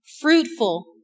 fruitful